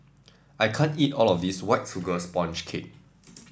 I can't eat all of this White Sugar Sponge Cake